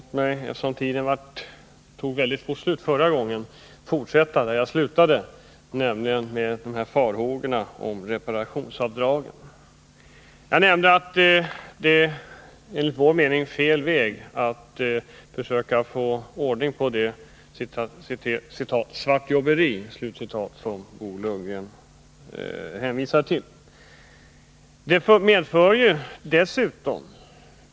Herr talman! Tiden tog väldigt fort slut i min replik, så låt mig därför fortsätta där jag slutade, nämligen med farhågorna i fråga om reparationsavdragen. Att införa den här typen av avdrag är enligt vår mening en felaktig väg att gå om man vill försöka få ordning på det ”svartjobberi” som Bo Lundgren talade om.